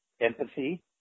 empathy